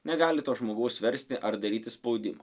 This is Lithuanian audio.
negali to žmogaus versti ar daryti spaudimo